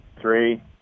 three